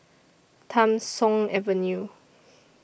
Tham Soong Avenue